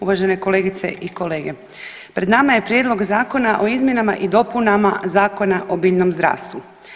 Uvažene kolegice i kolege, pred nama je Prijedlog Zakona o izmjenama i dopunama Zakona o biljnom zdravstvu.